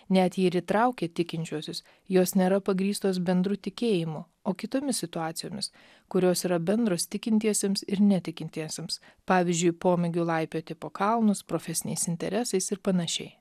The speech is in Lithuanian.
net jei ir įtraukia tikinčiuosius jos nėra pagrįstos bendru tikėjimu o kitomis situacijomis kurios yra bendros tikintiesiems ir netikintiesiems pavyzdžiui pomėgiu laipioti po kalnus profesiniais interesais ir panašiai